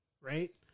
right